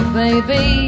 baby